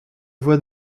vois